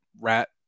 Rat